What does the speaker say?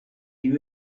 you